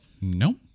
no